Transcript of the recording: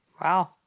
Wow